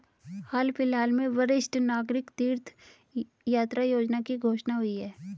हाल फिलहाल में वरिष्ठ नागरिक तीर्थ यात्रा योजना की घोषणा हुई है